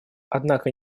однако